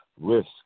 risk